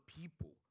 people